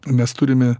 mes turime